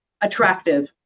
attractive